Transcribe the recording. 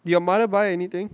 did your mother buy anything